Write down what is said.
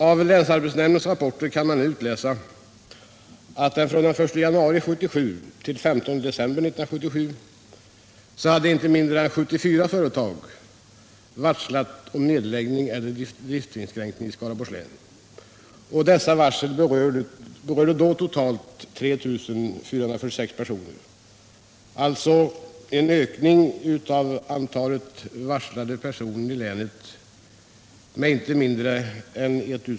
Av länsarbetsnämndens rapport kan man utläsa att från den 1 januari 1977 till den 15 december 1977 hade inte mindre än 74 företag i Skaraborgs län varslat om nedläggning eller driftsinskränkning. Dessa varsel berörde då totalt 3 446 personer.